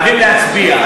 חייבים להצביע.